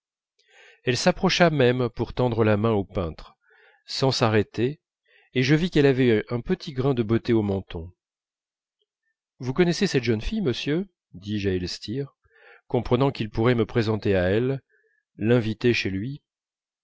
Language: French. elle s'approcha même pour tendre la main au peintre sans s'arrêter et je vis qu'elle avait un petit grain de beauté au menton vous connaissez cette jeune fille monsieur dis-je à elstir comprenant qu'il pourrait me présenter à elle l'inviter chez lui